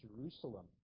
Jerusalem